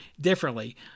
differently